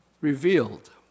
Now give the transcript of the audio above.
revealed